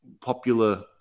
popular